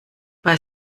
bei